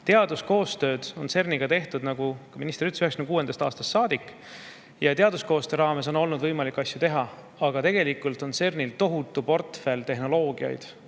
Teaduskoostööd on CERN‑iga tehtud, nagu ka minister ütles, 1996. aastast saadik. Teaduskoostöö raames on olnud võimalik asju teha, aga tegelikult on CERN‑il tohutu portfell tehnoloogiaid.